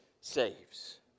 saves